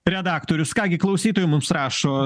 redaktorius ką gi klausytojai mums rašo